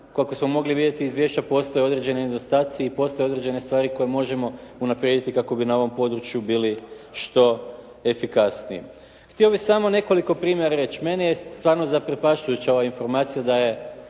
koliko smo mogli vidjeti izvješća postoje određeni nedostaci i postoje određene stvari koje možemo unaprijediti kako bi na ovom području bili što efikasniji. Htio bih samo nekoliko primjera reći, meni je stvarno zaprepašćujuća ova informacija da je